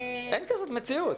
אין כזאת מציאות.